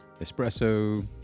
espresso